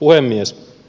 puhemies